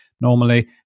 normally